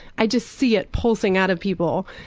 i just see it pulsing out of people.